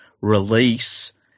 release